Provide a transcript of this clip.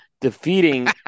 Defeating